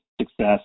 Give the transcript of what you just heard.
success